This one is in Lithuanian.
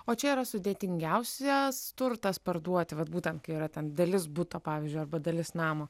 o čia yra sudėtingiausias turtas parduoti vat būtent kai yra ten dalis buto pavyzdžiui arba dalis namo